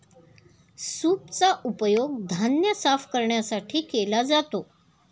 सूपचा उपयोग धान्य साफ करण्यासाठी केला जातो